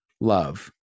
love